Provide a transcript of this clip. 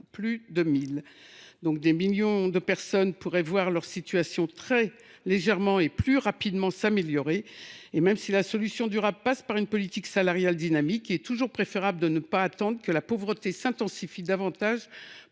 salariés. Des millions de personnes pourraient donc voir leur situation très légèrement, mais plus rapidement, s’améliorer. Même si la solution durable passe par une politique salariale dynamique, il est toujours préférable de ne pas attendre que la pauvreté s’intensifie davantage